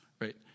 Right